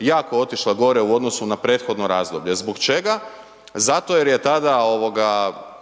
jako otišla gore u odnosu na prethodno razdoblje. Zbog čega? Zato jer tada